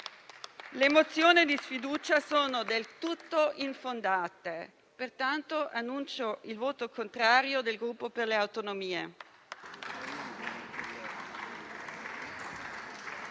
Le mozioni di sfiducia sono del tutto infondate. Pertanto, annuncio il voto contrario del Gruppo per le Autonomie.